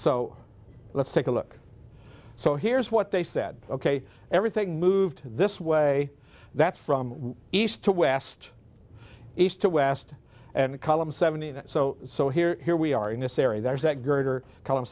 so let's take a look so here's what they said ok everything moved this way that's from east to west east to west and column seventeen so so here here we are in this area that is that greater c